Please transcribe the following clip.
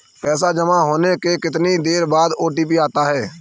पैसा जमा होने के कितनी देर बाद ओ.टी.पी आता है?